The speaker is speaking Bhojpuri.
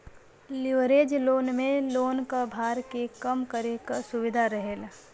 लिवरेज लोन में लोन क भार के कम करे क सुविधा रहेला